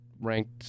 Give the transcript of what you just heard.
ranked